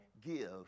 give